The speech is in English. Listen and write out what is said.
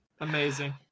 Amazing